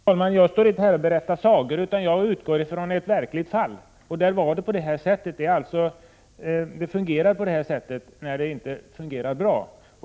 Herr talman! Jag står inte här och berättar sagor, utan jag utgår från ett verkligt fall. Systemet fungerar på det här sättet, och det är inte bra.